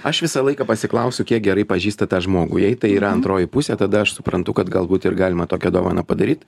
aš visą laiką pasiklausiu kiek gerai pažįsta tą žmogų jei tai yra antroji pusė tada aš suprantu kad galbūt ir galima tokią dovaną padaryt